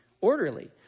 orderly